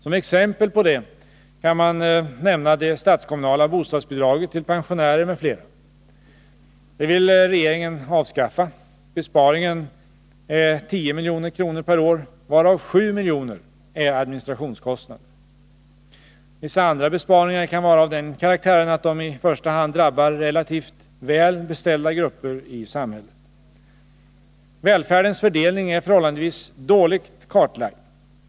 Som exempel på detta kan nämnas det statskommunala bostadsbidraget till pensionärer m.fl. Det vill regeringen avskaffa. Besparingen är 10 milj.kr. per år, varav 7 miljoner är administrationskostnader. Vissa andra besparingar kan vara av den karaktären att de i första hand drabbar relativt väl beställda grupper i samhället. Välfärdens fördelning är förhållandevis dåligt kartlagd.